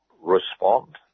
respond